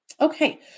Okay